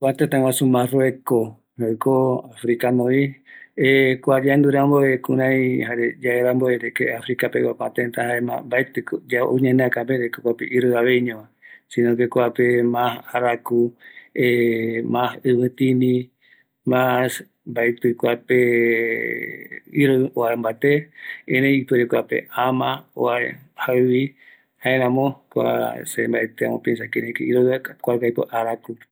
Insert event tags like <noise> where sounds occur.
kua tëtä guaju Marrueko tëtä guasu jaeko Africanovi <hesitation> kua yaendu ramboeve kurai jare yae ramboeveko kua africa pegua kua tëtä, jaema mbaetiko ou kua ñaneakape, de que kuape iroïaveiñova, si no que kuape mas araku <hesitation> mas ivitini, mas kuape mbaeti iroï oambate, erei kuape ama oa, jaïvi, jaeramo kuape mbaetï amo piensa kuape iroïva, kapeko araku.